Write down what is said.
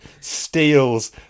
steals